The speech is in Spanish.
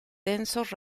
densos